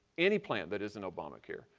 any plan that isn't obamacare.